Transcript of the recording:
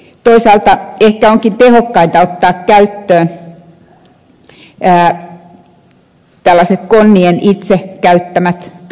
toisaalta ehkä onkin tehokkainta ottaa käyttöön tällaiset konnien itse käyttämät tavat ja keinot